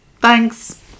Thanks